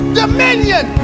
dominion